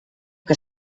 que